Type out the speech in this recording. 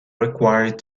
required